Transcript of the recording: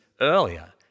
earlier